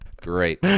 great